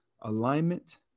alignment